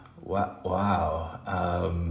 wow